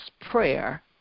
prayer